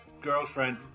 girlfriend